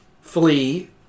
flee